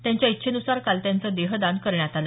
त्यांच्या इच्छेनुसार काल त्यांचं देहदान करण्यात आलं